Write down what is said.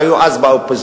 שהיו אז באופוזיציה,